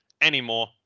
anymore